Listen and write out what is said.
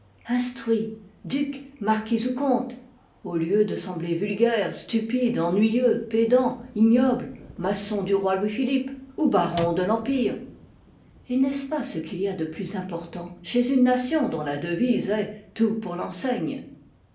instruits ducs marquis ou comtes au lieu de sembler vulgaires stupides ennuyeux pédants ignobles maçons du roi louis-philippe ou barons de l'empire et n'est-ce pas ce qu'il y a de plus important chez une nation dont la devise est tout pour renseigne